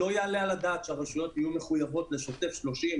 לא יעלה על הדעת שהרשויות יהיו מחויבות לשוטף שלושים,